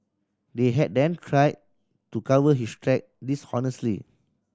they had then cried to cover his track dishonestly